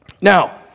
Now